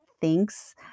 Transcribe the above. thinks